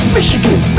Michigan